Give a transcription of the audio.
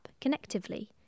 Connectively